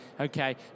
okay